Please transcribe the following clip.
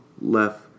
left